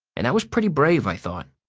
and that was pretty brave, i thought.